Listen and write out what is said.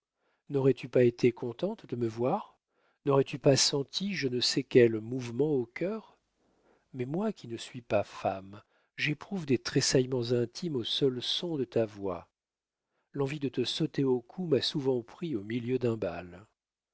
n'aurais-tu pas été contente de me voir n'aurais-tu pas senti je ne sais quel mouvement au cœur mais moi qui ne suis pas femme j'éprouve des tressaillements intimes au seul son de ta voix l'envie de te sauter au cou m'a souvent pris au milieu d'un bal